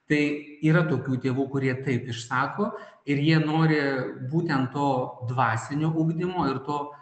tai yra tokių tėvų kurie taip išsako ir jie nori būtent to dvasinio ugdymo ir to